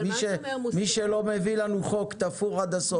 מי שלא מביא לנו חוק תפור עד הסוף